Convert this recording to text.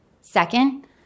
Second